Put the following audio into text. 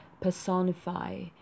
personify